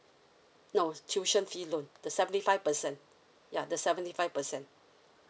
no tuition fee loan the seventy five percent ya the seventy five percent